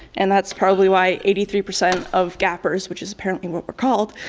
and that's probably why eighty three percent of gappers which is apparently what we're called